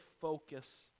focus